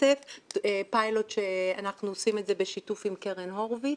פיילוט שאנחנו עושים בשיתוף עם קרן הורביץ.